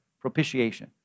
Propitiation